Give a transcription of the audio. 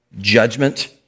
judgment